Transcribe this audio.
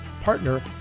partner